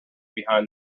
behind